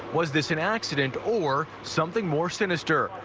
was this an accident or something more sinister?